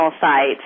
site